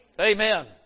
Amen